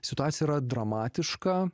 situacija yra dramatiška